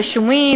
רשומות,